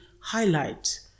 highlight